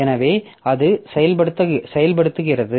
எனவே அது செயல்படுத்துகிறது